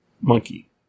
monkey